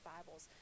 Bibles